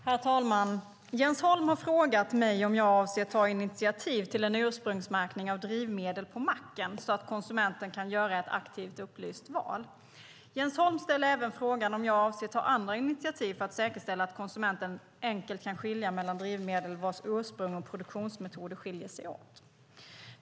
Herr talman! Jens Holm har frågat mig om jag avser att ta initiativ till en ursprungsmärkning av drivmedel på macken så att konsumenten kan göra ett aktivt, upplyst val. Jens Holm ställer även frågan om jag avser att ta andra initiativ för att säkerställa att konsumenten enkelt kan skilja mellan drivmedel vars ursprung och produktionsmetoder skiljer sig åt.